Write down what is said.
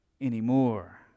anymore